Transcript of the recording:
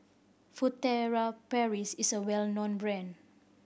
Furtere Paris is a well known brand